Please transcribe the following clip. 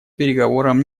переговорам